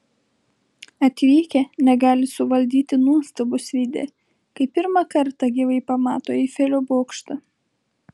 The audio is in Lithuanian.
atvykę negali suvaldyti nuostabos veide kai pirmą kartą gyvai pamato eifelio bokštą